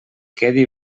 quedi